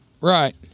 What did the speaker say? Right